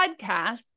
podcast